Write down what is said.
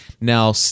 Now